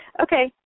Okay